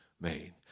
made